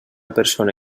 persona